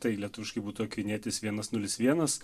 tai lietuviškai būtų akvinietis vienas nulis vienas